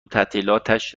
تعطیلاتش